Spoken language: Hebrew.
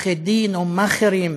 עורכי דין או מאכערים,